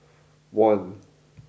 one